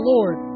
Lord